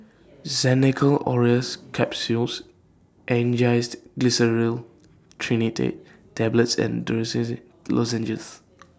Xenical Orlistat Capsules Angised Glyceryl Trinitrate Tablets and Dorithricin Lozenges